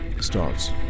starts